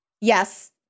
Yes